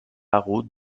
hagut